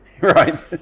Right